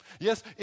yes